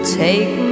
take